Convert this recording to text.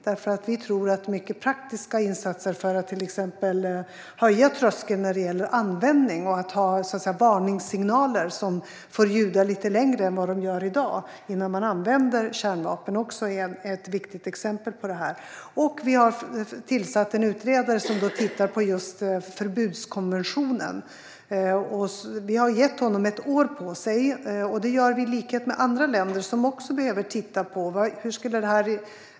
Vi tror nämligen att mycket praktiska insatser för att till exempel höja tröskeln när det gäller användning och att ha, så att säga, varningssignaler som får ljuda lite längre än vad de gör i dag innan man använder kärnvapen också är ett viktigt exempel på det här. Vi har tillsatt en utredare som tittar på just förbudskonventionen. Han har fått ett år på sig. Detta gör vi i likhet med andra länder som också behöver titta på detta.